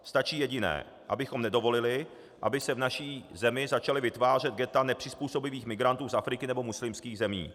Stačí jediné abychom nedovolili, aby se v naší zemi začala vytvářet ghetta nepřizpůsobivých migrantů z Afriky nebo muslimských zemí.